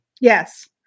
Yes